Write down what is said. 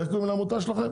איך קוראים לעמותה שלכם?